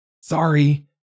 Sorry